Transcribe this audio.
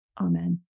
Amen